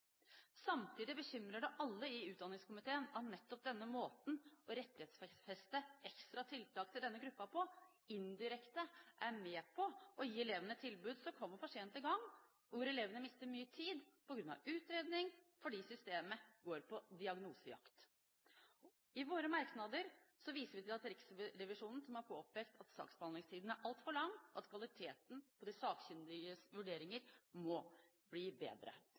Samtidig bekymrer det alle i utdanningskomiteen at nettopp denne måten å rettighetsfeste ekstra tiltak til denne gruppen på indirekte er med på å gi elevene et tilbud som kommer for sent i gang, og hvor elevene mister mye tid på grunn av utredning fordi systemet går på diagnosejakt. I våre merknader viser vi til at Riksrevisjonen har påpekt at saksbehandlingstiden er altfor lang, og at kvaliteten på de sakkyndiges vurderinger må bli bedre.